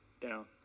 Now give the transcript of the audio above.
down